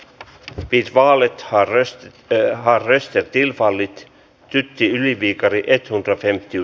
tepi vaalit harris ja harris ja kilpalize tytti yli viikarin